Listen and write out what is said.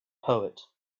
poet